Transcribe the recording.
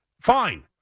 Fine